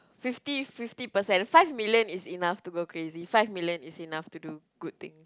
fifty fifty percent five million is enough to go crazy five million is enough to do good thing